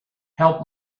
help